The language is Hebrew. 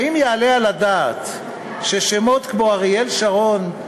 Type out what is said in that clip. האם יעלה על הדעת ששמות כמו אריאל שרון,